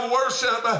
worship